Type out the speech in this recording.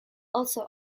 also